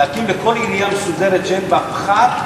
להקים בכל עירייה מסודרת שאין בה פחת,